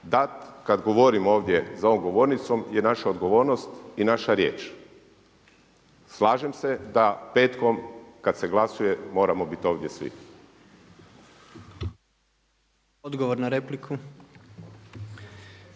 dat kad govorimo ovdje za ovom govornicom je naša odgovornost i naša riječ. Slažem se da petkom kad se glasuje moramo bit ovdje svi. **Jandroković,